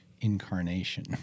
incarnation